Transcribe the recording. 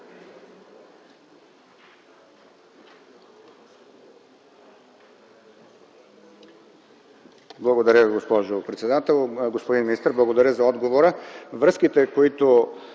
Благодаря Ви, госпожо председател. Господин министър, благодаря за отговора. Връзките, които